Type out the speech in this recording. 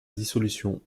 dissolution